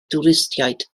dwristiaid